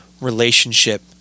relationship